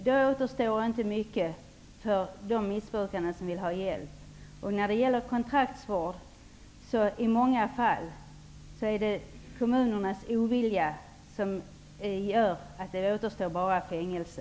Då återstår inte mycket för de missbrukare som vill ha hjälp. Det är i många fall kommunernas ovilja mot kontraktsvård som gör att det bara återstår fängelse.